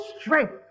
strength